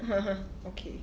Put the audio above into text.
okay